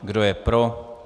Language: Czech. Kdo je pro?